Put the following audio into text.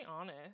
honest